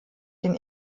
den